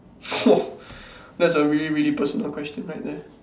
!whoa! that's a really really personal question right there